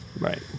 right